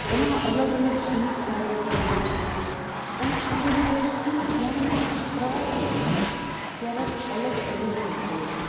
એમાં અલગ અલગ શિલ્પ કાર્ય કરેલું છે અને આ બધી વસ્તુનો જ્યારે મેં પ્રવાસ કર્યોને ત્યારે એક અલગ અનુભવ થયો છે